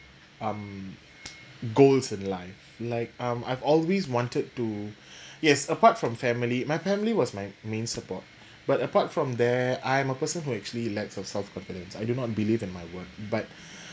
um goals in life like um I've always wanted to yes apart from family my family was my main support but apart from there I'm a person who actually lacks of self confidence I do not believe in my work but